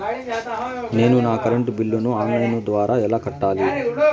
నేను నా కరెంటు బిల్లును ఆన్ లైను ద్వారా ఎలా కట్టాలి?